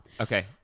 Okay